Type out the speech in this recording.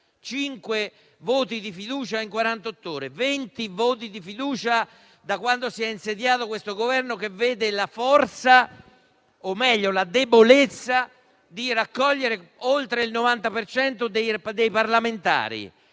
voti di fiducia in quarantotto ore, venti voti di fiducia da quando si è insediato questo Governo, che vede la forza o, meglio, la debolezza di raccogliere oltre il 90 per cento dei parlamentari